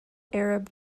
arab